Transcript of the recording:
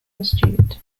institute